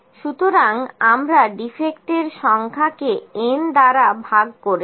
সুতরাং আমরা ডিফেক্টের সংখ্যাকে n দ্বারা ভাগ করেছি